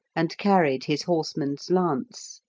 and carried his horseman's lance.